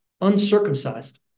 uncircumcised